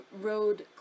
road